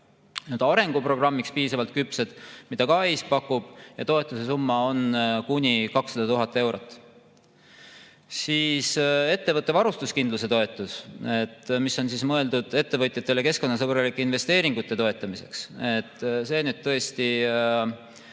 küpsed arenguprogrammiks, mida ka EIS pakub. Toetuse summa on kuni 200 000 eurot. Siis on ettevõtte varustuskindluse toetus, mis on mõeldud ettevõtjatele keskkonnasõbralike investeeringute toetamiseks. See nüüd tõesti